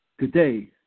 Today